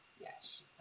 Yes